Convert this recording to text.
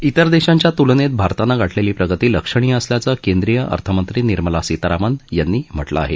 तिर देशांच्या तुलनेत भारतानं गाठलेली प्रगती लक्षणीय असल्याचं केंद्रीय अर्थमंत्री निर्मला सीतारामन यांनी म्हटलं आहे